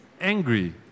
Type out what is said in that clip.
angry